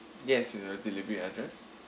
yes your delivery address